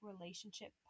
relationship